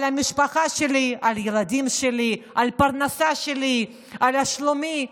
למשפחה שלי, לילדים שלי, לפרנסה שלי, לשלומי.